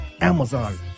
Amazon